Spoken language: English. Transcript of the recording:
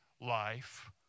life